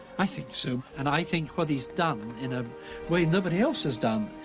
i think so, and i think what he's done in a way nobody else has done,